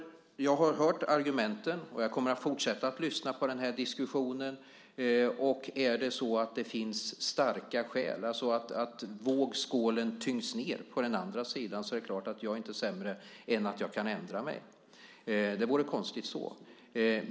Jag har hört argumenten, och jag kommer att fortsätta lyssna på diskussionen. Om det finns starka skäl, det vill säga att vågskålen tyngs ned på andra sidan, är jag inte sämre än att jag kan ändra mig. Det vore konstigt annars.